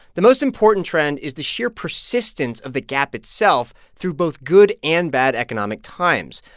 the most important trend is the sheer persistence of the gap itself through both good and bad economic times.